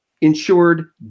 insured